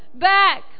Back